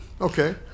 Okay